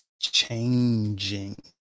changing